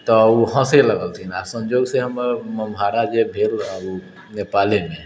तऽ ओ हँसै लगलथिन आओर सञ्जोगसँ हमर ममहारा जे भेल ओ नेपालेमे